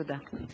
תודה.